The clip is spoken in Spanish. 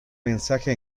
mensaje